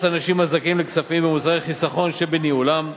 האנשים הזכאים לכספים במוצרי חיסכון שבניהולם.